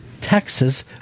Texas